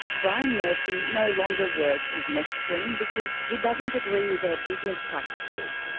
brian murphy no longer works with meth screen, because he doesn't agree with their business practices.